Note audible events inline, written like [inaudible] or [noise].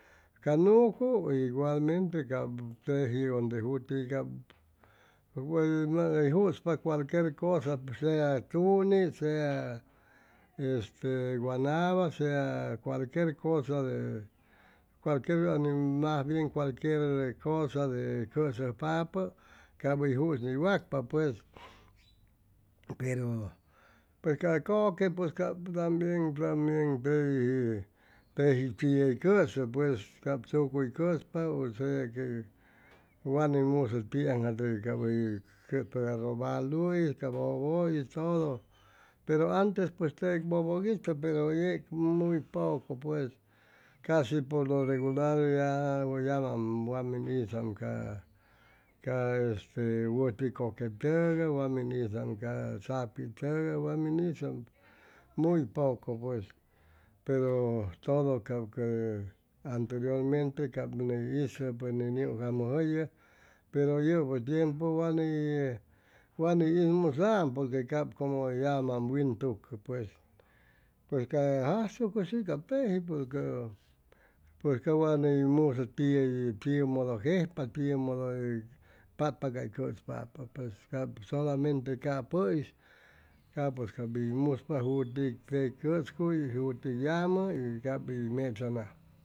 Ca nucu igualmente cap teji onde juti cap hʉy juspa cualquier cosa sea chuni sea este wanaba sea cualquier cosa de mas bien [hesitation] cualquier cosa de cʉsʉjpapʉ cap hʉy jusniwcpa pues pero pues ca kʉque cap tambien tambien tey teji tiʉ hʉy cʉsʉ pus cap chucuy cʉspa osea que wa ni msʉ tiaŋjate cap hʉy cʉspa ca robalu'is [hesitation] pero antes pues teg bobo itʉ pero yeg muy poco pues cashi por lo regular ya wa yamam wa min hizam ca ca este wʉti kʉque tʉgay wa min hizam ca zapitʉgay wa min hizam muy poco pues pero todo cap ca anyterirmente ca ni hizʉ pues ni niugjamʉjʉyʉ pero yʉpʉ tiempu wa ni wa ni hizmuzaam porque cap como yamaam wintug pues pues ca jaschucu shi cap teji porque pues ca wa ney musʉ tiʉ hʉy timodo jejpa tiʉmodo hʉy patpa cay cʉspapʉ pues cap solamente capʉ'is capʉs cap hʉy muspa juti tey cʉscuy y juti yamʉ y cap hʉy mechanajpa